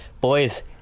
boys